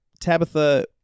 Tabitha